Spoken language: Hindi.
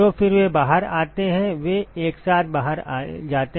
तो फिर वे बाहर आते हैं वे एक साथ बाहर जाते हैं